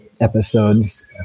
episodes